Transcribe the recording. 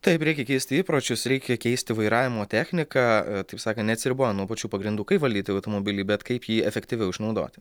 taip reikia keisti įpročius reikia keisti vairavimo techniką taip sakant ne neatsiribojan nuo pačių pagrindų kaip valdyti automobilį bet kaip jį efektyviau išnaudoti